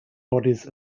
bodies